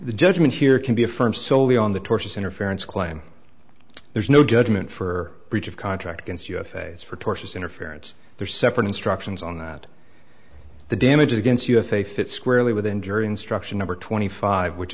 the judgement here can be affirmed solely on the tortious interference claim there's no judgement for breach of contract against you a phase for tortious interference there are separate instructions on that the damages against you if they fit squarely within jury instruction number twenty five which